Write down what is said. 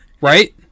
right